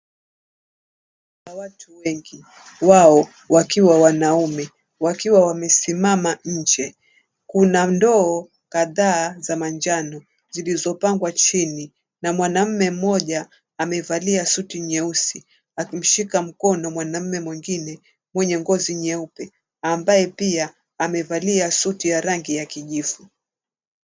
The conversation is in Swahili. Watu wengi wao wakiwa wanaume wakiwa wamesimama nje. Kuna ndoo kadhaa za manjano zilizopangwa chini na mwanaume mmoja amevalia suti nyeusi akimshika mkono mwanaume mwingine mwenye ngozi nyeupe ambaye pia amevalia suti ya rangi ya kijivu.